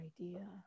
idea